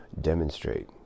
demonstrate